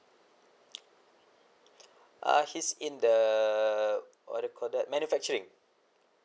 uh he's in the what you call that manufacturing